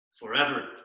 forever